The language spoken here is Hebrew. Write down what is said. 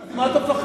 אז ממה אתה מפחד?